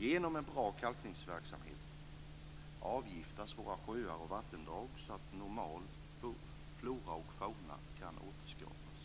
Genom en bra kalkningsverksamhet avgiftas våra sjöar och vattendrag så att normal flora och fauna kan återskapas.